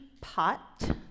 pot